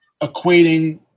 equating